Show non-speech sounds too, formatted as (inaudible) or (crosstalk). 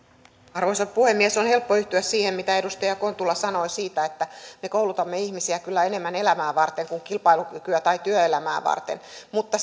arvoisa puhemies on helppo yhtyä siihen mitä edustaja kontula sanoi siitä että me koulutamme ihmisiä kyllä enemmän elämää varten kuin kilpailukykyä tai työelämää varten mutta (unintelligible)